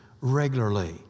regularly